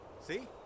See